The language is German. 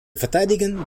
verteidigen